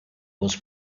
was